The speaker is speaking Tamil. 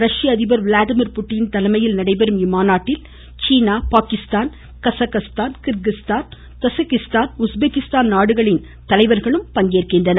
ரஷ்ய அதிபர் விளாடிமிர் புதின் தலைமையில் நடைபெறும் இம்மாநாட்டில் சீனா Pakistan Kazakhstan Kyrgyzstan Tajikistan Uzbekistan நாடுகளின் தலைவர்களும் பங்கேற்கின்றனர்